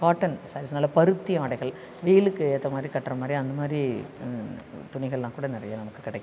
cotton saris நல்ல பருத்தி ஆடைகள் வெயிலுக்கு ஏற்ற மாதிரி கட்டுற மாதிரி அந்த மாதிரி துணிகள்லாம் கூட நிறையா நமக்கு கிடைக்குது